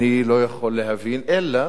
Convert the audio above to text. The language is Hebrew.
אני לא יכול להבין, אלא